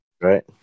right